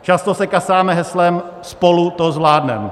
Často se kasáme heslem: Spolu to zvládneme.